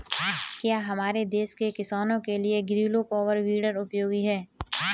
क्या हमारे देश के किसानों के लिए ग्रीलो पावर वीडर उपयोगी है?